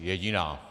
Jediná.